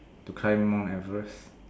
to climb Mount Everest